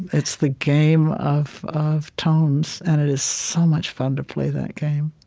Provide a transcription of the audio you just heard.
it's the game of of tones, and it is so much fun to play that game